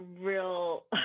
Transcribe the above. real